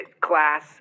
class